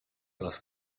las